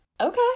Okay